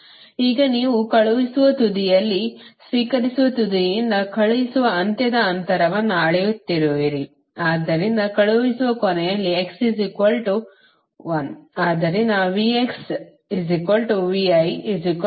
ಈಗ ನೀವು ಕಳುಹಿಸುವ ತುದಿಯಲ್ಲಿ ಸ್ವೀಕರಿಸುವ ತುದಿಯಿಂದ ಕಳುಹಿಸುವ ಅಂತ್ಯದ ಅಂತರವನ್ನು ಅಳೆಯುತ್ತಿರುವಿರಿ ಆದ್ದರಿಂದ ಕಳುಹಿಸುವ ಕೊನೆಯಲ್ಲಿ x l